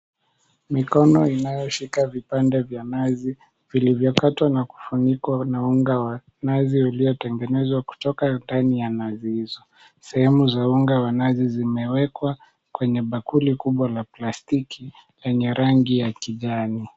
Mikono inayoshika vipande vya nazi, vilivyo katwa na kufunikwa na unga wa nazi uliotengenezwa kutoka ndani ya nazi hizo. Sehemu za unga wa nazi zimewekwa kwenye bakuli kubwa la plastiki yenye rangi ya kijani.